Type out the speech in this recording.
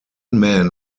man